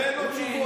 אין לו תשובות.